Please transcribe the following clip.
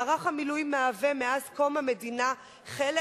מערך המילואים מהווה מאז קום המדינה חלק